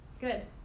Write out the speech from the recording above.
Good